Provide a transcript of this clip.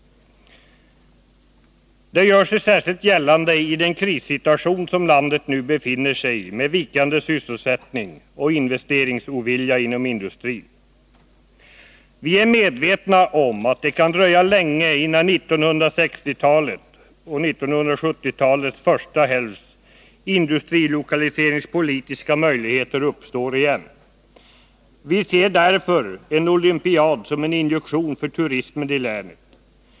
Detta gör sig särskilt gällande i den krissituation som landet nu befinner sig i med vikande sysselsättning och investeringsovilja inom industrin. Vi är medvetna om att det kan dröja länge innan samma industrilokaliseringspolitiska möjligheter som under 1960-talet och under 1970-talets första hälft uppstår igen. Vi ser därför en olympiad som en injektion för turismen i länet.